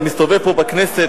אני מסתובב פה בכנסת,